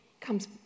Comes